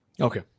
Okay